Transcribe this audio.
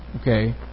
okay